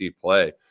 play